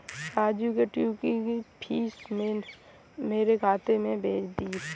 राजू के ट्यूशन की फीस मेरे खाते में भेज दीजिए